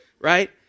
right